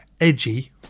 edgy